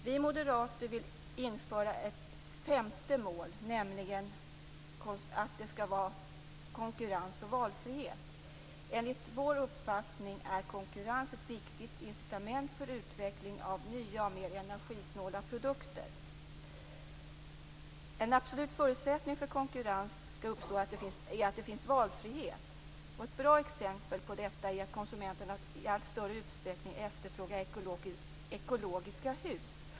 Vi moderater vill införa ett femte mål, nämligen att det skall vara konkurrens och valfrihet. Enligt vår uppfattning är konkurrens ett viktigt incitament för utveckling av nya och mer energisnåla produkter. En absolut förutsättning för att konkurrens skall uppstå är att det finns valfrihet. Ett bra exempel på detta är att konsumenterna i allt större utsträckning efterfrågar ekologiska hus.